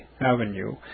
Avenue